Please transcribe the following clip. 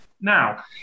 Now